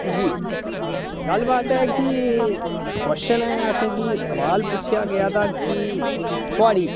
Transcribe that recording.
जी हां गल्लबात ऐ कि क्वेश्चन एह् असें गी सोआल पुच्छेआ गेआ दा कि थुआढ़ी